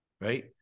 right